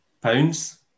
pounds